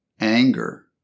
anger